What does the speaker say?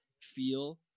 feel